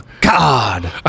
God